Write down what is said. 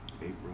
April